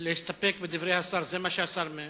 להסתפק בדברי השר, זה מה שהשר מציע.